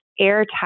airtight